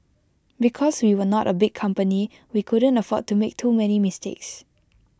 because we were not A big company we couldn't afford to make too many mistakes